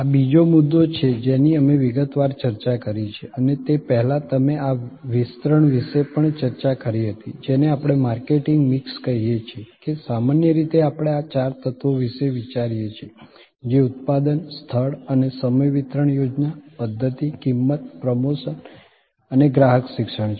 આ બીજો મુદ્દો છે જેની અમે વિગતવાર ચર્ચા કરી છે અને તે પહેલાં તમે આ વિસ્તરણ વિશે પણ ચર્ચા કરી હતી જેને આપણે માર્કેટિંગ મિક્સ કહીએ છીએ કે સામાન્ય રીતે આપણે આ ચાર તત્વો વિશે વિચારીએ છીએ જે ઉત્પાદન સ્થળ અને સમય વિતરણ યોજના પધ્ધતિ કિંમત પ્રમોશન અને ગ્રાહક શિક્ષણ છે